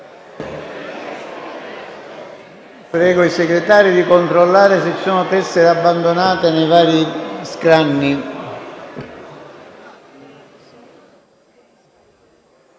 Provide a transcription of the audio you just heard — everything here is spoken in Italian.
senatori Segretari di controllare se vi siano tessere abbandonate nei vari scranni